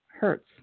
Hertz